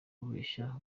kubeshya